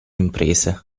imprese